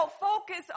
focus